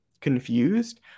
confused